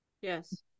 yes